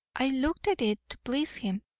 i looked at it to please him